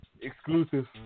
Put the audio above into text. Exclusive